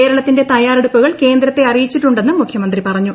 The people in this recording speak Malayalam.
കേരളത്തിന്റെ പ്രിയ്യാറെടുപ്പുകൾ കേന്ദ്രത്തെ അറിയിച്ചിട്ടുണ്ടെന്നും മുഖൃമൂന്ത്രി പറഞ്ഞു